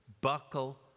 Buckle